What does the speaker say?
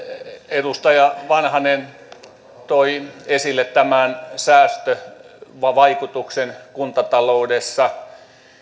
edustaja vanhanen toi esille tämän säästövaikutuksen kuntataloudessa